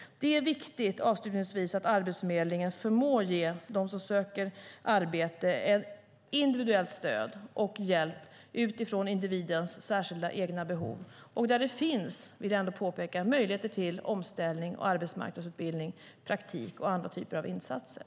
Avslutningsvis: Det är viktigt att Arbetsförmedlingen förmår ge dem som söker arbete stöd och hjälp utifrån individens särskilda egna behov. Där finns det, vill jag ändå påpeka, möjligheter till omställning och arbetsmarknadsutbildning, praktik och andra typer av insatser.